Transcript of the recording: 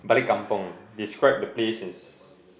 balik kampung describe the place is